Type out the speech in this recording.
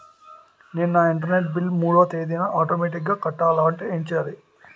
నేను నా internet bill మూడవ తేదీన ఆటోమేటిగ్గా కట్టాలంటే ఏం చేయాలి?